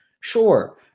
Sure